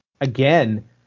again